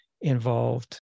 involved